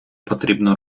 потрібно